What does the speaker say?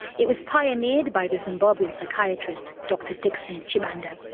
it was pioneered by the zimbabwean psychiatrist dr dixon chibanda.